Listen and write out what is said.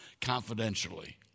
confidentially